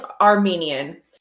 Armenian